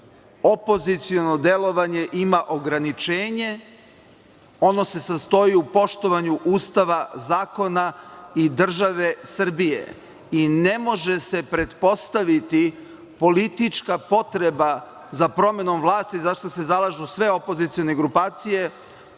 Opoziciono delovanje ima ograničenje, ono se sastoji u poštovanju Ustava, zakona i države Srbije i ne može se pretpostaviti politička potreba za promenom vlasti, za šta se zalažu sve opozicione grupacije,